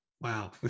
Wow